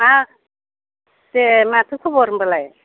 मा दे माथो खबर होमबालाय